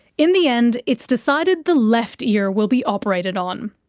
in the end, it's decided the left ear will be operated on.